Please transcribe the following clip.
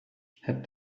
het